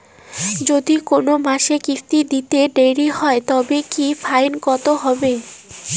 যদি কোন মাসে কিস্তি দিতে দেরি হয় তবে কি ফাইন কতহবে?